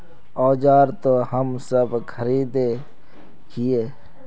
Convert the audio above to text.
औजार तो हम सब खरीदे हीये?